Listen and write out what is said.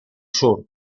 sur